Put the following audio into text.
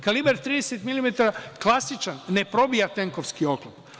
Kalibar 30 mm klasičan ne probija tenkovski oklop.